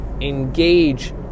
engage